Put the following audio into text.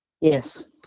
Yes